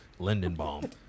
Lindenbaum